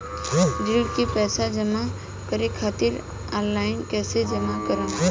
ऋण के पैसा जमा करें खातिर ऑनलाइन कइसे जमा करम?